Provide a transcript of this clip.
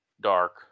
dark